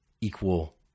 equal